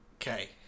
Okay